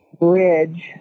bridge